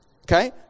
Okay